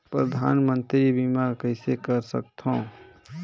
परधानमंतरी बीमा कइसे कर सकथव?